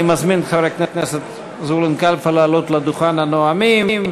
אני מזמין את חבר הכנסת זבולון כלפה לעלות לדוכן הנואמים.